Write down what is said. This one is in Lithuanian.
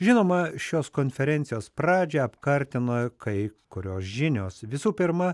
žinoma šios konferencijos pradžią apkartino kai kurios žinios visų pirma